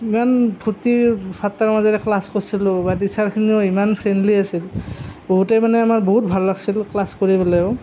ইমান ফূৰ্তি ফাৰ্তাৰ মাজেৰে ক্লাছ কৰিছিলোঁ ছাৰখিনিও ইমান ফ্ৰেণ্ডলি আছিল বহুতেই মানে আমাৰ বহুত ভাল লাগিছিল ক্লাছ কৰি পেলাইয়ো